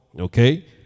okay